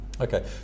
Okay